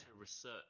research